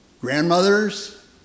grandmothers